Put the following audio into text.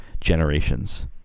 generations